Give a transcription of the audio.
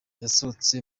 yasohotse